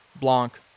Blanc